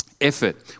effort